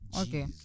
Okay